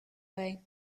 way